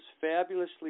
fabulously